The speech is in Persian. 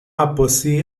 عباسی